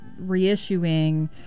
reissuing